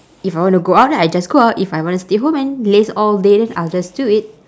if I wanna go out then I just go out if I wanna stay home and laze all day then I'll just do it